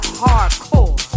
hardcore